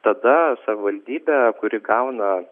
tada savivaldybė kuri gauna